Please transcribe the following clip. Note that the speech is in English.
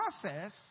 process